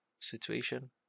situation